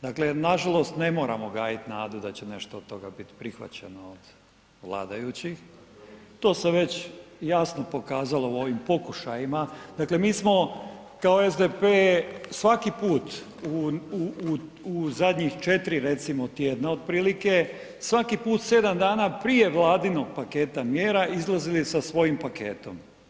Dakle, nažalost ne moramo gajit nadu da će nešto od toga biti prihvaćeno od vladajućih, to se već jasno pokazalo u ovim pokušajima, dakle mi smo kao SDP svaki put u zadnjih 4 recimo tjedna otprilike svaki put 7 dana prije vladinog paketa mjera izlazili sa svojim paketom.